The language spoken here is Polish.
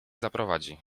zaprowadzi